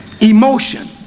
emotion